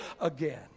again